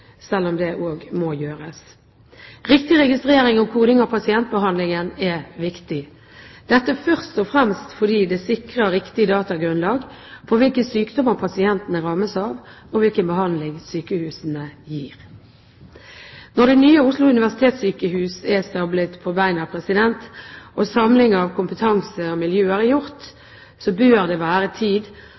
selv om det også må gjøres. Riktig registrering og koding av pasientbehandlingen er viktig – dette først og fremst fordi det sikrer riktig datagrunnlag for hvilke sykdommer pasientene rammes av, og hvilken behandling sykehusene gir. Når det nye Oslo universitetssykehus er stablet på beina, og samling av kompetanse og miljøer er gjort, bør det etter min mening være tid